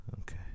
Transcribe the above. Okay